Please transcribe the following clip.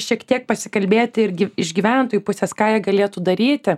šiek tiek pasikalbėti irgi iš gyventojų pusės ką jie galėtų daryti